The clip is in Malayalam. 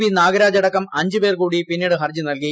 ബി നാഗരാജ് അടക്കം അഞ്ച് പേർകൂടി പിന്നീട് ഹർജി നൽകി